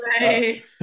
right